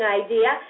idea